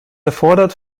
erfordert